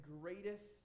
greatest